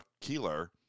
Keeler